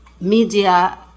media